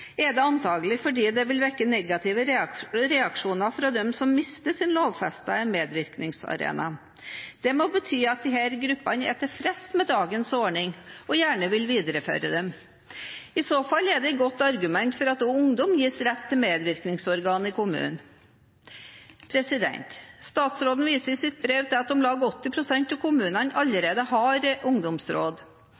er det antakelig fordi dette vil vekke negative reaksjoner fra dem som mister sine lovfestede medvirkningsarenaer. Det må bety at disse gruppene er tilfreds med dagens ordninger og gjerne vil videreføre dem. I så fall er det et godt argument for at også ungdom gis rett til et medvirkningsorgan i kommunene. Statsråden viser i sitt brev til at om lag 80 pst. av kommunene allerede har ungdomsråd.